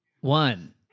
one